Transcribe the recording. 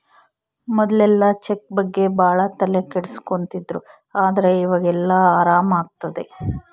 ಮೊದ್ಲೆಲ್ಲ ಚೆಕ್ ಬಗ್ಗೆ ಭಾಳ ತಲೆ ಕೆಡ್ಸ್ಕೊತಿದ್ರು ಆದ್ರೆ ಈವಾಗ ಎಲ್ಲ ಆರಾಮ್ ಆಗ್ತದೆ